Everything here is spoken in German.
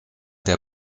der